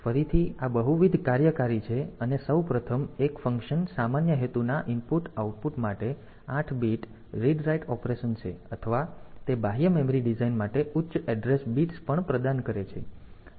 તેથી ફરીથી આ બહુવિધ કાર્યકારી છે અને સૌ પ્રથમ એક ફંક્શન સામાન્ય હેતુના ઇનપુટ આઉટપુટ માટે 8 બીટ રીડ રાઇટ ઓપરેશન છે અથવા તે બાહ્ય મેમરી ડિઝાઇન માટે ઉચ્ચ એડ્રેસ બિટ્સ પણ પ્રદાન કરે છે